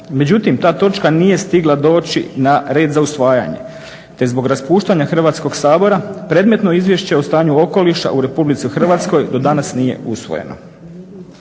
Međutim, ta točka nije stigla doći na red za usvajanje te zbog raspuštanja Hrvatskog sabora predmetno Izvješće o stanju okoliša u Republici Hrvatskoj do danas nije usvojeno.